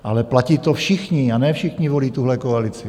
Ale platí to všichni a ne všichni volí tuhle koalici.